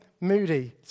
Moody